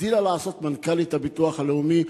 הגדילה לעשות מנכ"לית הביטוח הלאומי,